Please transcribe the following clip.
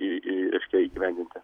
į į reiškia įgyvendinti